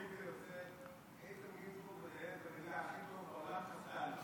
לפעמים זה יוצא: איתן גינזבורג מנהל את המליאה הכי טוב בעולם כ"ד,